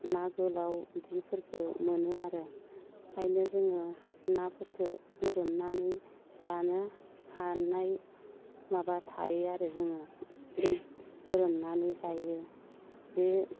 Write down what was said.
ना गोलाव बिदिफोरखो मोनो आरो ओंखायनो जोङो नाफोरखो गोरोमनानै जानो हानाय माबा थायो आरो जोङो गोरोमनानै जायो बे